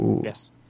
yes